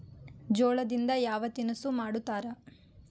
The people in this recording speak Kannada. ಜೋಳದಿಂದ ಯಾವ ತಿನಸು ಮಾಡತಾರ?